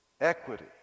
equity